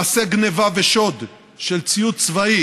מעשי גנבה ושוד של ציוד צבאי